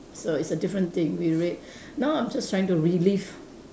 so it's a different thing we wait now I'm just trying to relive